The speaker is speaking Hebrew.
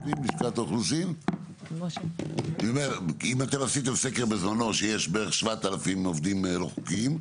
אני אומר שאם עשיתם סקר ולפיו יש כ-7,000 עובדים לא חוקיים,